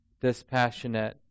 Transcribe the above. dispassionate